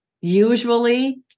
Usually